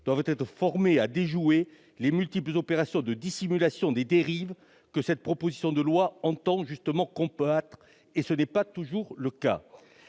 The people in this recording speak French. doivent être formés à déjouer les multiples opérations de dissimulation des dérives que cette proposition de loi vise à juste titre à combattre. Ce n'est pas toujours le cas.